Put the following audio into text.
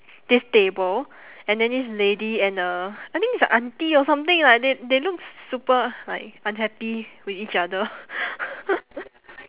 this table and then this lady and a I think is a aunty or something lah they they look super like unhappy with each other